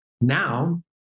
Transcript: now